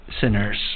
sinners